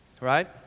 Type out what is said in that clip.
Right